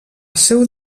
seu